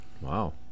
Wow